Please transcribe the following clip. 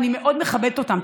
אני מאוד מכבדת אותם.